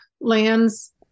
lands